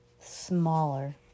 smaller